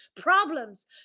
problems